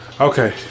Okay